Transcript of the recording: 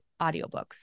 audiobooks